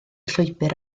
llwybr